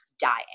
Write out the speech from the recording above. dying